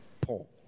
Paul